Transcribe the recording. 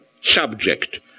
subject –